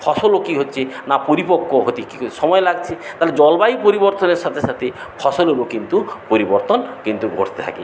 ফসলও কী হচ্ছে না পরিপক্ক হতে কী সময় লাগছে তাহলে জলবায়ু পরিবর্তনের সাথে সাথে ফসলেরও কিন্তু পরিবর্তন কিন্তু ঘটতে থাকে